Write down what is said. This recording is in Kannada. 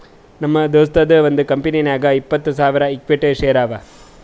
ನಮ್ ದೋಸ್ತದು ಒಂದ್ ಕಂಪನಿನಾಗ್ ಇಪ್ಪತ್ತ್ ಸಾವಿರ ಇಕ್ವಿಟಿ ಶೇರ್ ಅವಾ